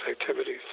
activities